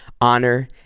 honor